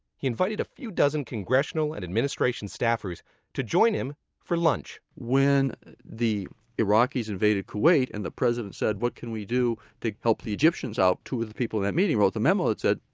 he invited a few dozen congressional and administration staffers to join him for lunch when the iraqis invaded kuwait, and the president said, what can we do to help the egyptians out, two of the people in that meeting wrote the memo that said,